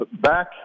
back